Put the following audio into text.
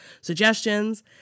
suggestions